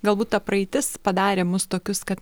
galbūt ta praeitis padarė mus tokius kad